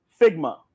Figma